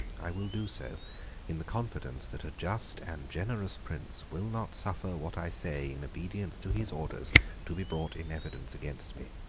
i will do so in the confidence that a just and generous prince will not suffer what i say in obedience to his orders to be brought in evidence against me.